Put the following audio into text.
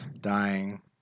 dying